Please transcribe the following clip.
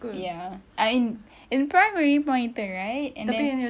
ya I in in primary monitor right and then